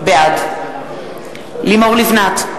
בעד לימור לבנת,